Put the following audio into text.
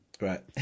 right